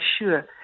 sure